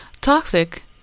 Toxic